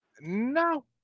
No